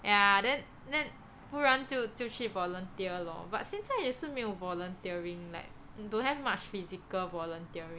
ya then then 不然就就去 volunteer lor but 现在也是没有 volunteering like don't have much physical volunteering